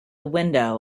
window